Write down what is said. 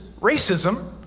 racism